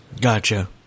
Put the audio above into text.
Gotcha